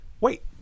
Wait